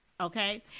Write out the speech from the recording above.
Okay